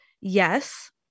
yes